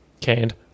Canned